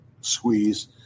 squeeze